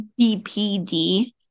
BPD